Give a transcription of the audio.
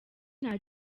nta